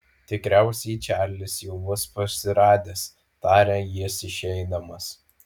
tikriausiai čarlis jau bus parsiradęs tarė jis išeidamas